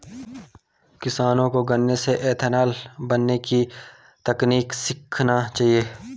किसानों को गन्ने से इथेनॉल बनने की तकनीक सीखना चाहिए